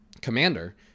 Commander